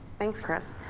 thanks, chris.